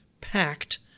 packed